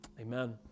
amen